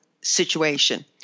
situation